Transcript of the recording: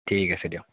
ঠিক আছে দিয়ক